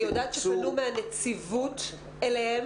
אני יודעת שפנו מהנציבות אליהם,